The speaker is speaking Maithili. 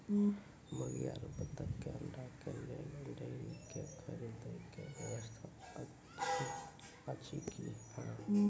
मुर्गी आरु बत्तक के अंडा के लेल डेयरी के खरीदे के व्यवस्था अछि कि?